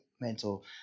mental